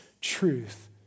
truth